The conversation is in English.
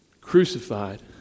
crucified